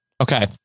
Okay